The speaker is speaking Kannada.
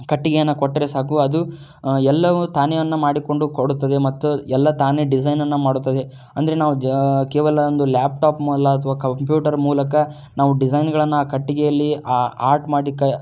ಕಟ್ಟಿಗೆಯನ್ನು ಕೊಟ್ಟರೆ ಸಾಕು ಅದು ಎಲ್ಲವೂ ತಾನೇವನ್ನ ಮಾಡಿಕೊಂಡು ಕೊಡುತ್ತದೆ ಮತ್ತು ಎಲ್ಲ ತಾನೇ ಡಿಸೈನನ್ನ ಮಾಡುತ್ತದೆ ಅಂದರೆ ನಾವು ಜಾ ಕೇವಲ ಒಂದು ಲ್ಯಾಪ್ಟಾಪ್ ಮೂಲ ಅಥವಾ ಕಂಪ್ಯೂಟರ್ ಮೂಲಕ ನಾವು ಡಿಸೈನ್ಗಳನ್ನ ಕಟ್ಟಿಗೆಯಲ್ಲಿ ಆರ್ಟ್ ಮಾಡ್ಲಿಕ್ಕೆ